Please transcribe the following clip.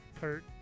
Kurt